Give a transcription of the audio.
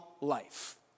life